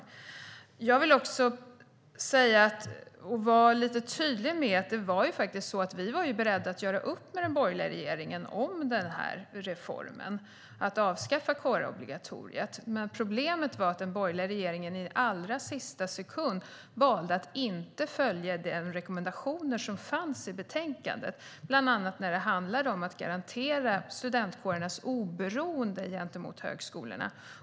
Jag vill vara tydlig med att vi faktiskt var beredda att göra upp med den borgerliga regeringen om reformen att avskaffa kårobligatoriet. Men problemet var att den borgerliga regeringen i allra sista sekund valde att inte följa de rekommendationer som fanns i betänkandet, bland annat när det handlade om att garantera studentkårernas oberoende gentemot högskolorna.